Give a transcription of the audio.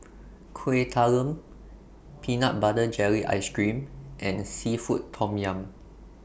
Kueh Talam Peanut Butter Jelly Ice Cream and Seafood Tom Yum